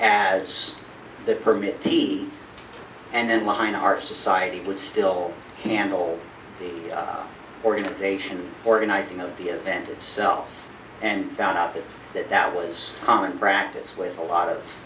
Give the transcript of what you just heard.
as the permit and then mine our society would still handle the organization organizing of the event itself and found out that that was common practice with a lot of